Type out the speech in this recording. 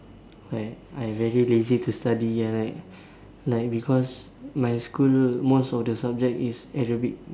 why I very lazy to study ah like because my school most of the subject is Arabic